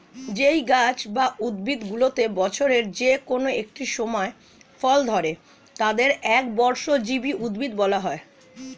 যেই গাছ বা উদ্ভিদগুলিতে বছরের কোন একটি সময় ফল ধরে তাদের একবর্ষজীবী উদ্ভিদ বলা হয়